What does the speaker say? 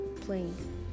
playing